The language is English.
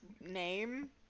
name